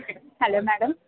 hello madam